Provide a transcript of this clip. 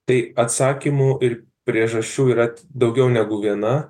tai atsakymų ir priežasčių yra daugiau negu viena